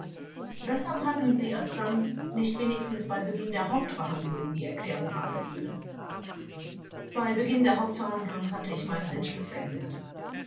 weshalb haben sie alsdann nicht wenigstens bei beginn der hauptverhandlung die erklärung abgegeben angekl bei beginn der hauptverhandlung hatte ich meinen entschluß geändert